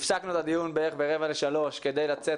הפסקנו את הדיון בערך ב-14:45 כדי לצאת